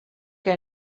que